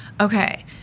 okay